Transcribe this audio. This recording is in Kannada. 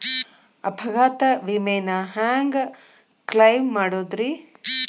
ಅಪಘಾತ ವಿಮೆನ ಹ್ಯಾಂಗ್ ಕ್ಲೈಂ ಮಾಡೋದ್ರಿ?